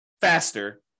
faster